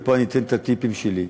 ופה אני אתן את הטיפים שלי: